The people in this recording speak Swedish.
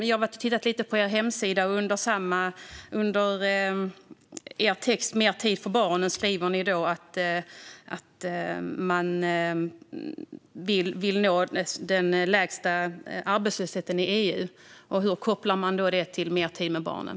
Jag har tittat lite på er hemsida. Under rubriken Mer tid för barnen skriver ni att ni vill nå den lägsta arbetslösheten i EU. Hur kopplar ni det till mer tid med barnen?